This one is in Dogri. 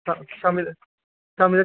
शामीं शामीं तगर भेजाई दिन्ना जेसीबी